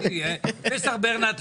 לאסעד,